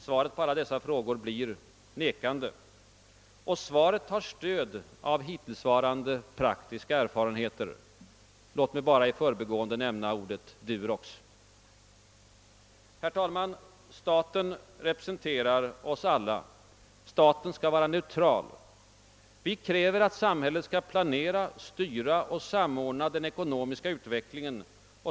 Svaret på alla dessa frågor blir nekande. Och svaret har stöd av hittillsvarande praktiska erfarenheter. Låt mig — bara i förbigående — nämna ordet Durox. Herr talman! Staten representerar oss alla. Staten skall vara neutral. Vi kräver att samhället skall planera, styra och samordna den ekonomiska utvecklingen.